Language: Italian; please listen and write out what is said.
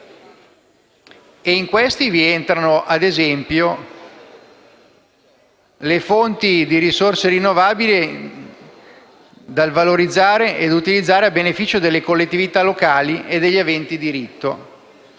dei quali rientrano - ad esempio - le fonti di risorse rinnovabili da valorizzare e utilizzare a beneficio delle collettività locali e degli aventi diritto.